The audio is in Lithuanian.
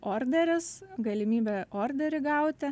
orderis galimybė orderį gauti